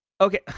okay